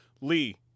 Lee